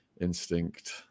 instinct